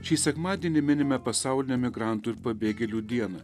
šį sekmadienį minime pasaulinę migrantų ir pabėgėlių dieną